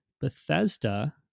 Bethesda